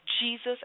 Jesus